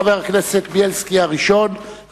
חבר הכנסת בילסקי ראשון,